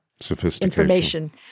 sophistication